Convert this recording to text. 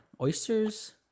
oysters